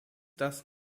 das